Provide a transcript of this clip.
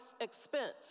expense